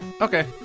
Okay